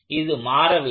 இது மாறவில்லை